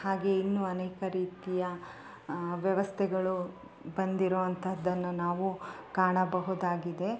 ಹಾಗೆ ಇನ್ನು ಅನೇಕ ರೀತಿಯ ವ್ಯವಸ್ಥೆಗಳು ಬಂದಿರೊವಂಥದ್ದನ್ನ ನಾವು ಕಾಣಬಹುದಾಗಿದೆ